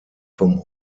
vom